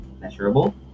measurable